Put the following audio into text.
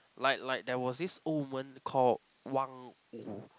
like like there was this old woman called